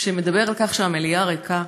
שמדבר על כך שהמליאה ריקה,